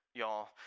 y'all